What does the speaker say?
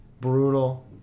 Brutal